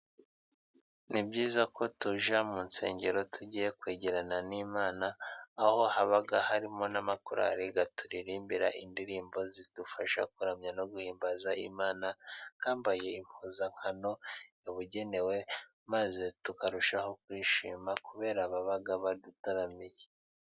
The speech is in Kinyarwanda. Ni byiza ko tujya mu nsengero tugiye kwegerana n'Imana ,aho haba harimo n'amakorali aturirimbira indirimbo zidufasha kuramya no guhimbaza Imana ,twambaye impuzankano yabugenewe ,maze tukarushaho kwishima kubera ko baba badutaramiye.